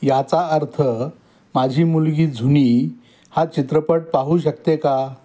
याचा अर्थ माझी मुलगी झुनी हा चित्रपट पाहू शकते का